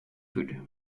food